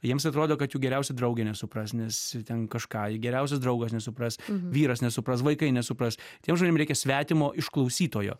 jiems atrodo kad jų geriausia draugė nesupras nes ten kažką ir geriausias draugas nesupras vyras nesupras vaikai nesupras tiem žmonėm reikia svetimo išklausytojo